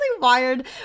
wired